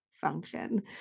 function